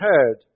heard